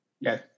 Yes